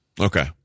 Okay